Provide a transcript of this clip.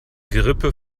gerippe